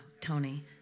Tony